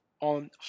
on